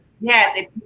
Yes